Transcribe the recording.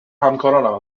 همکارانم